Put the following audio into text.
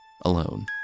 alone